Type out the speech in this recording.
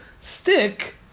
stick